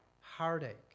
heartache